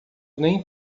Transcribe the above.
nem